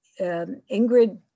ingrid